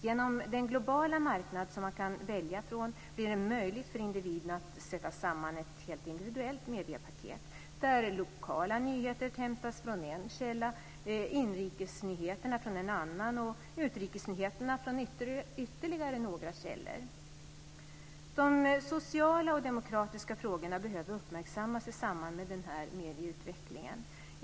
Genom den globala marknad som man kan välja från blir det möjligt för individen att sätta samman ett helt individuellt mediepaket, där lokala nyheter hämtas från en källa, inrikesnyheterna från en annan och utrikesnyheterna från ytterligare några källor. De sociala och demokratiska frågorna behöver uppmärksammas i samband med denna medieutveckling.